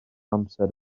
amser